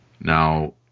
Now